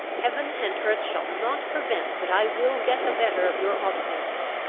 heaven and earth shall not prevent but i will get the better of your obstinacy!